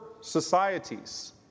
societies